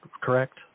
correct